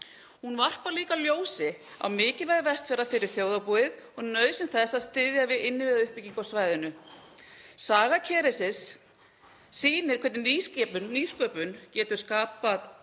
Hún varpar líka ljósi á mikilvægi Vestfjarða fyrir þjóðarbúið og nauðsyn þess að styðja við innviðauppbyggingu á svæðinu. Saga Kerecis sýnir hvernig nýsköpun getur skapað